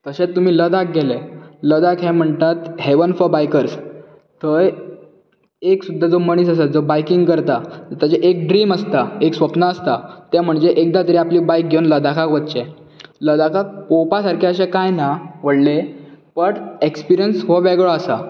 तशेंच तुमी लदाक गेले लदाक हें म्हणटा हॅवन फाॅर बायकर थंय एक सुद्दां जो मनीस आसा जो बायकिंग करता ताजे एक ड्रिम आसता एक स्वप्न आसता तें म्हणजे एकदा तरी आपली बायक घेवन लदाकाक वचचें लदाकाक पळोवपा सारकें काय ना व्हडलें बट एस्पिरियन्स हो वेगळो आसा